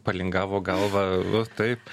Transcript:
palingavo galva va taip